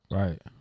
right